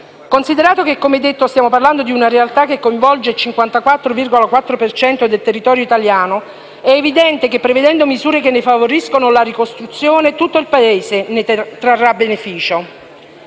Considerato che, come detto, stiamo parlando di una realtà che coinvolge il 54,4 per cento del territorio italiano, è evidente che, prevedendo misure che ne favoriscono la ricostruzione, tutto il Paese ne trarrà beneficio.